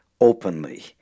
openly